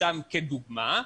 סתם כדוגמה,